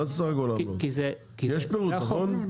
יש פירוט, נכון?